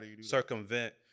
circumvent